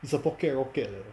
it's a pocket rocket leh